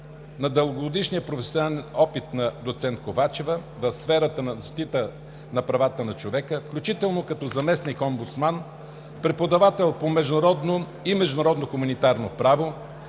на дългогодишния професионален опит на доцент Ковачева в сферата на защита на правата на човека, включително като заместник-омбудсман, преподавател по международно и международно хуманитарно право,